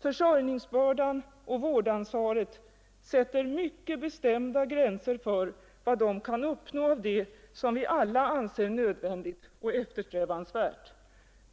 Försörjningsbördan och vårdansvaret sätter mycket bestämda gränser för vad de kan uppnå när det gäller det som vi alla anser nödvändigt och eftersträvansvärt: